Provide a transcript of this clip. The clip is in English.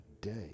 day